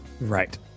Right